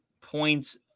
points